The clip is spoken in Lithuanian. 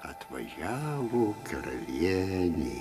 atvažiavo karalienė